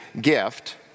gift